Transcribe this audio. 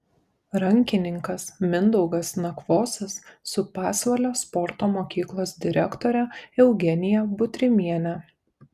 rankininkas mindaugas nakvosas su pasvalio sporto mokyklos direktore eugenija butrimiene